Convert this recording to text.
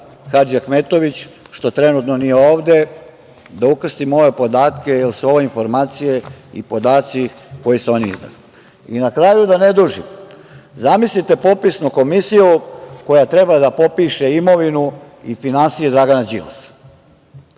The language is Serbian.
Hadžiahmetović“, što trenutno nije ovde, da ukrstimo ove podatke, jel su ovo informacije i podaci koje su oni izneli. Na kraju, da ne dužim, zamislite popisnu komisiju koja treba da popiše imovinu i finansije Dragana Đilasa.